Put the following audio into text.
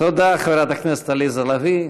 תודה, חברת הכנסת עליזה לביא.